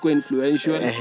influential